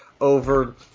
over